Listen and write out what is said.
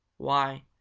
why,